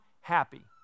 happy